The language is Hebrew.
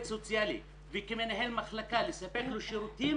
סוציאלי וכמנהל מחלקה לספק לו שירותים